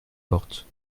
portes